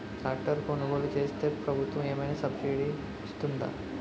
Tractor కొనుగోలు చేస్తే ప్రభుత్వం ఏమైనా సబ్సిడీ ఇస్తుందా?